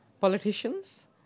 politicians